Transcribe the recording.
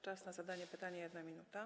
Czas na zadanie pytania - 1 minuta.